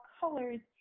colors